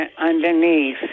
underneath